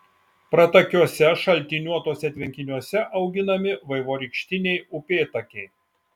pratakiuose šaltiniuotuose tvenkiniuose auginami vaivorykštiniai upėtakiai